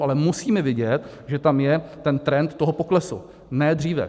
Ale musíme vidět, že tam je ten trend toho poklesu, ne dříve.